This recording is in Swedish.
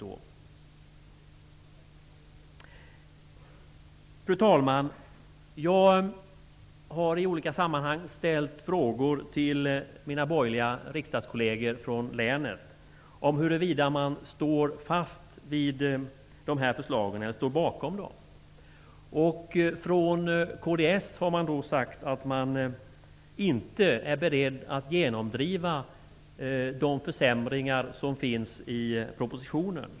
Fru talman! Jag har i olika sammanhang ställt frågor till mina borgerliga riksdagskolleger från länet om huruvida de står bakom dessa förslag. Från kds har sagts att man inte är beredd att genomdriva de försämringar som finns i propositionen.